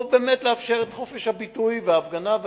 או באמת לאפשר את חופש הביטוי וההפגנה,